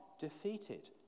defeated